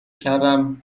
کردم